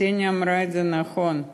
וקסניה אמרה את זה נכון,